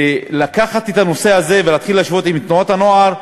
ולקחת את הנושא הזה ולהתחיל להשוות עם תנועות הנוער,